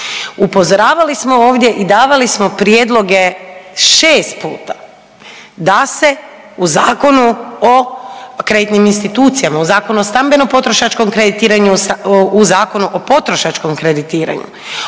Upozoravali smo ovdje i davali smo prijedloge 6 puta da se u Zakonu o kreditnim institucijama, u Zakonu o stambeno-potrošačkom kreditiranju, u Zakonu o potrošačkom kreditiranju